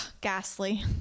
ghastly